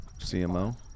CMO